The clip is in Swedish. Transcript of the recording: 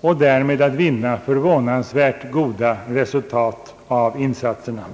och därmed att vinna förvånansvärt goda resultat av insatserna.